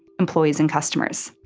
employees and customers.